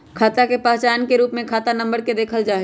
खाता के पहचान के रूप में खाता नम्बर के देखल जा हई